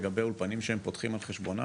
לגבי אולפנים שהם פותחים על חשבונם?